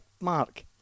Mark